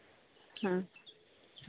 ᱦᱮᱸ